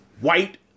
white